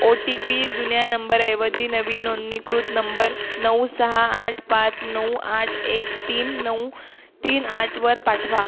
ओ T P जुन्या नंबरऐवजी नवीन नोंदणीकृत नंबर नऊ सहा आठ पाच नऊ आठ एक तीन नऊ तीन आठवर पाठवा